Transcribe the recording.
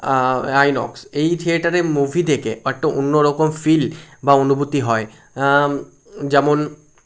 INOX এই থিয়েটারের movie দেখে অনেকটা অন্যরকম ফিল বা অনুভূতি হয় যেমন